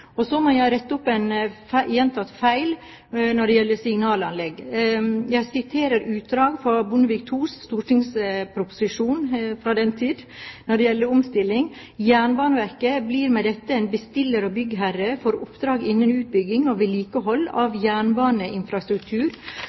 det. Så må jeg rette opp en gjentatt feil når det gjelder signalanlegg. Jeg siterer fra Bondevik II-regjeringens stortingsproposisjon fra den tid, og det gjelder omstilling: «Jernbaneverket blir med dette en bestiller og byggherre for oppdrag innen utbygging og vedlikehold av jernbaneinfrastruktur,